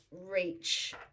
reach